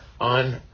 on